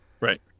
Right